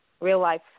real-life